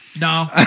No